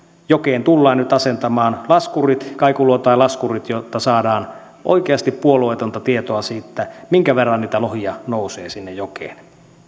jokeen tullaan nyt asentamaan kaikuluotainlaskurit jotta saadaan oikeasti puolueetonta tietoa siitä minkä verran niitä lohia nousee sinne jokeen